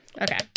Okay